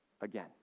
Again